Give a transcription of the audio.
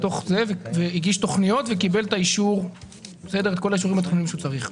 הגיש תכניות וקיבל את כל האישורים שהוא צריך.